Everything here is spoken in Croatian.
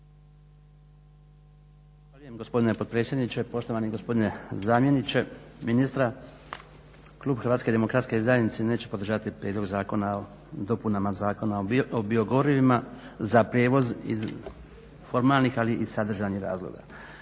Zahvaljujem gospodine potpredsjedniče. Poštovani gospodine zamjeniče ministra. Klub HDZ-a neće podržati Prijedlog zakona o dopunama Zakona o biogorivima za prijevoz iz formalnih, ali i sadržajnih razloga.